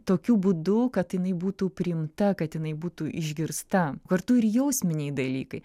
tokiu būdu kad jinai būtų priimta kad jinai būtų išgirsta kartu ir jausminiai dalykai